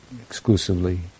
exclusively